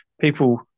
people